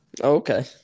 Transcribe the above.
Okay